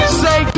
say